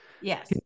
Yes